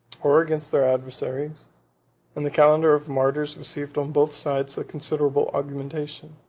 or against their adversaries and the calendar of martyrs received on both sides a considerable augmentation.